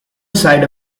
side